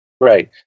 right